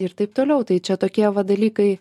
ir taip toliau tai čia tokie va dalykai